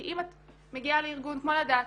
כי אם את מגיעה לארגון כמו לדעת,